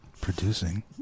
producing